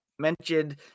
mentioned